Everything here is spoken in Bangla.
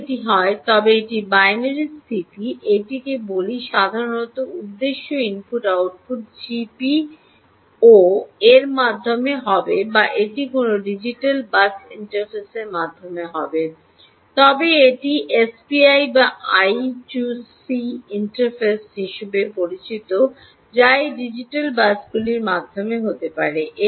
যদি এটি হয় তবে একটি বাইনারি স্থিতি এটি বলি সাধারণ উদ্দেশ্য ইনপুট আউটপুট জিপিআইও এর মাধ্যমে হবে বা এটি যদি কোনও ডিজিটাল বাস ইন্টারফেসের মাধ্যমে হয় তবে এটি এসপিআই বা আই 2 সি ইন্টারফেস হিসাবে পরিচিত যা এই ডিজিটাল বাসগুলির মাধ্যমে হতে পারে